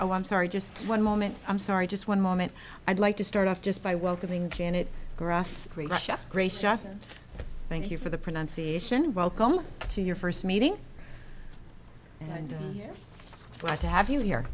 oh i'm sorry just one moment i'm sorry just one moment i'd like to start off just by welcoming janet grass gracious thank you for the pronunciation welcome to your first meeting and i to have you